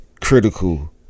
critical